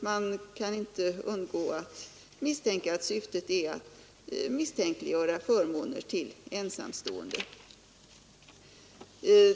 Man kan inte undgå att förmoda att syftet är att misstänkliggöra förmånerna till ensamstående.